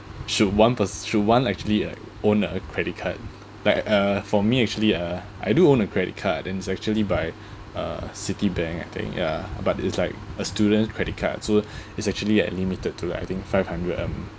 should one per~ should one like actually like own a credit card like uh for me actually uh I do own a credit card and it's actually by uh Citibank I think ya but it's like a student's credit card so it's actually like limited to like I think five hundred a